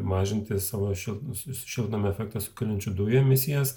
mažinti savo šiltnamius šiltnamio efektą sukeliančių dujų emisijas